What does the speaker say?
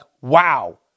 wow